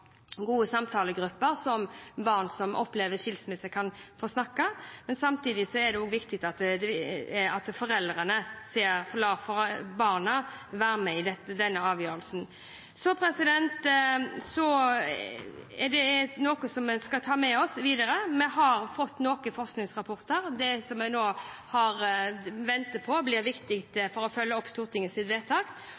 gode samtalegrupper, der barn som opplever skilsmisse, kan få snakke. Samtidig er det viktig at foreldrene lar barna være med i denne avgjørelsen. Dette er noe vi skal ta med oss videre. Vi har fått noen forskningsrapporter, og det som vi nå venter på, er viktig for å følge opp Stortingets vedtak.